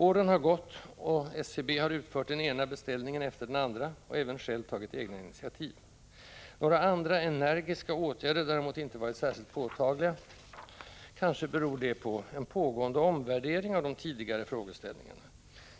Åren har gått, och SCB har utfört den ena beställningen efter den andra och även själv tagit initiativ. Några andra ”energiska” åtgärder har däremot inte varit särskilt påtagliga. Kanske beror detta på en pågående omvärdering av de tidigare frågeställningarna.